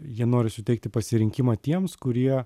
jie nori suteikti pasirinkimą tiems kurie